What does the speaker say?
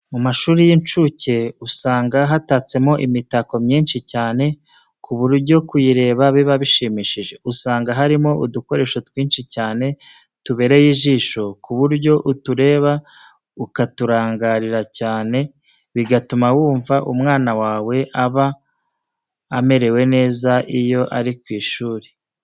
Mu mashuri y'incuke usanga hatatsemo imitako myinshi cyane ku buryo kuyireba biba bishimishije. Usanga harimo udukoresho twinshi cyane tubereye ijisho ku buryo utureba ukaturangarira cyane, bigatuma wumva umwana wawe aba amerewe neza iyo ari ku ishuri.